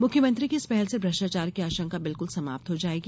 मुख्यमंत्री की इस पहल से भ्रष्टाचार की आशंका बिल्कुल समाप्त हो जाएगी